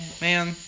man